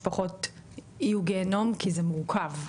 נשאלת גם השאלה מה צריך לשקף לבני משפחה שבאים לטפל,